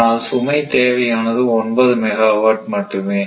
ஆனால் சுமை தேவையானது 9 மெகாவாட் மட்டுமே